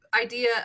idea